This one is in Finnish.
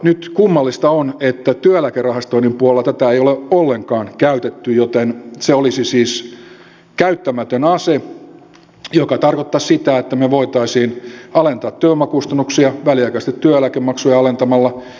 nyt kummallista on että työeläkerahastoinnin puolella tätä ei ole ollenkaan käytetty joten se olisi siis käyttämätön ase mikä tarkoittaisi sitä että me voisimme alentaa työvoimakustannuksia väliaikaisesti työeläkemaksuja alentamalla